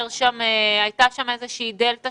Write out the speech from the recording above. הייתה שם איזושהי דלתה